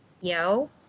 Yo